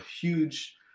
huge